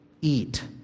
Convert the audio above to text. eat